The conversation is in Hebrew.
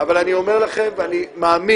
אבל אני אומר לכם, ואני מאמין